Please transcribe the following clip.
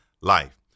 life